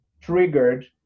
triggered